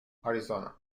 arizona